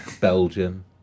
Belgium